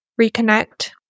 reconnect